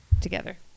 together